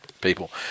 people